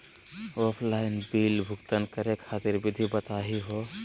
Offline bill भुगतान करे खातिर विधि बताही हो?